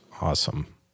Awesome